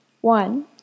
One